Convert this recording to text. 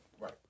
Right